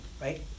right